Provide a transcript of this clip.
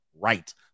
right